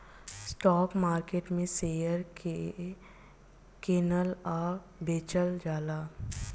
stock market में share के कीनल आ बेचल जाला